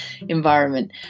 environment